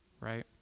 right